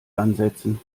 ansetzen